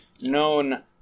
known